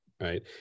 right